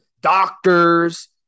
doctors